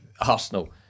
Arsenal